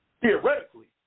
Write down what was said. theoretically